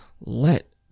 let